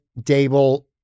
Dable